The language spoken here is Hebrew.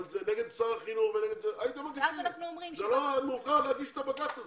עוד לא מאוחר להגיש את הבג"צ הזה.